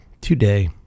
Today